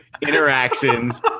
interactions